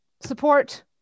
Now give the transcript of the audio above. support